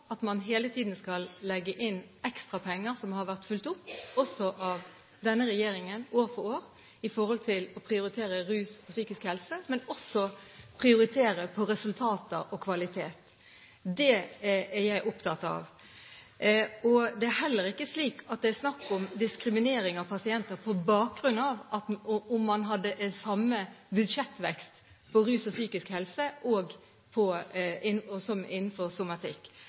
at man hele tiden skal legge inn ekstra penger – som har vært fulgt opp, også av denne regjeringen år for år i forhold til å prioritere rus og psykisk helse – men også ved å prioritere resultater og kvalitet. Det er jeg opptatt av. Det er heller ikke slik at det er snakk om diskriminering av pasienter på bakgrunn av om man hadde samme budsjettvekst for rus og psykisk helse som innenfor somatikk. Det må arbeides med det på